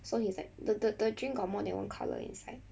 so he was like the the the drink got more than one colour inside